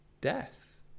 death